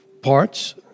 parts